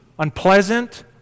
Unpleasant